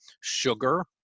Sugar